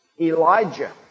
Elijah